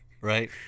right